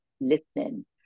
listening